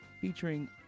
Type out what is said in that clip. featuring